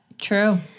True